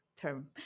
term